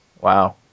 Wow